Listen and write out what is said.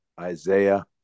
Isaiah